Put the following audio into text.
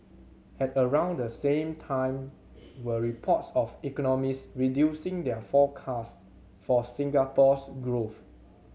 at around the same time were reports of economists reducing their forecast for Singapore's growth